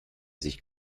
sich